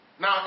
Now